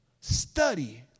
study